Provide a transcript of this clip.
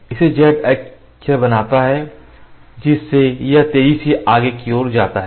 इसे z अक्ष बनाता है जिससे यह तेजी से आगे के लिए होता है